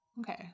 Okay